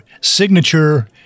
signature